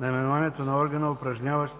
наименованието на органа, упражняващ